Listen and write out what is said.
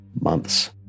months